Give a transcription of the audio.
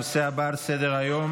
הנושא הבא על סדר-היום,